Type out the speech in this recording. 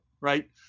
right